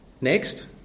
Next